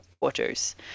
waters